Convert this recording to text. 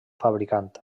fabricant